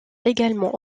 également